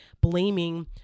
blaming